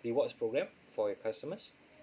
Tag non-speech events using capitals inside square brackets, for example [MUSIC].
[BREATH] rewards programme for your customers